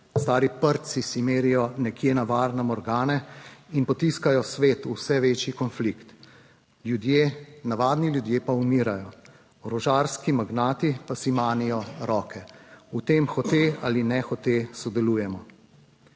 Stari prdci si merijo nekje na varnem organe in potiskajo svet v vse večji konflikt, ljudje, navadni ljudje pa umirajo, orožarski magnati pa si manejo roke v tem hote ali nehote sodelujemo.